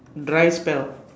dry spell